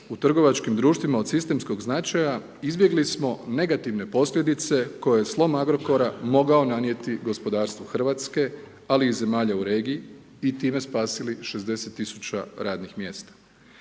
u trgovačkim društvima, od sistemskog značaja, izbjegli smo negativne posljedice, kojem je slom Agrokora, mogao nanijeti gospodarstvu Hrvatske, ali i zemalja u regiji i time spasili 60000 radnih mjesta.